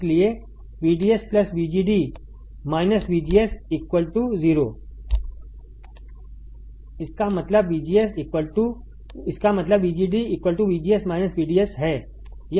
इसलिए VDS VGD VGS 0 इसका मतलब VGD VGS VDS है